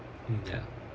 mm ya